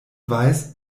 weiß